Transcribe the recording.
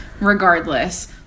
regardless